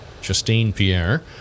Justine-Pierre